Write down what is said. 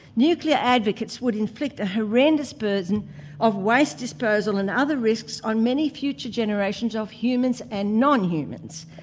nuclear advocates would inflict the horrendous burden of waste disposal and other risks on many future generations of humans and non-humans,